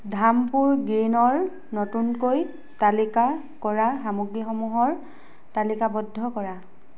ধামপুৰ গ্ৰীণৰ নতুনকৈ তালিকা কৰা সামগ্ৰীসমূহৰ তালিকাবদ্ধ কৰা